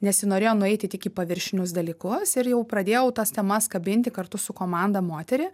nesinorėjo nueiti tik į paviršinius dalykus ir jau pradėjau tas temas kabinti kartu su komanda motery